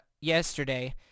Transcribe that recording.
yesterday